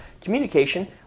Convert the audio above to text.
communication